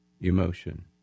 Emotion